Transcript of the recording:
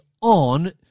on